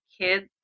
kids